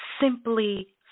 simply